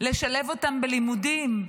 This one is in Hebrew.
לשלב אותם בלימודים,